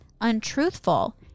untruthful